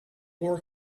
war